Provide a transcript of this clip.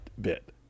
bit